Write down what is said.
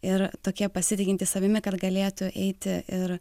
ir tokie pasitikintys savimi kad galėtų eiti ir